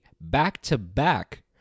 back-to-back